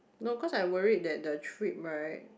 no cause I worried that the trip [right]